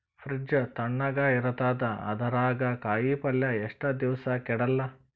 Fridge ತಣಗ ಇರತದ, ಅದರಾಗ ಕಾಯಿಪಲ್ಯ ಎಷ್ಟ ದಿವ್ಸ ಕೆಡಲ್ಲ?